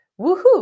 Woohoo